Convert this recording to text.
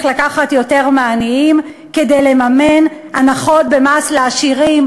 לקחת יותר מהעניים כדי לממן הנחות במס לעשירים,